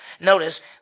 Notice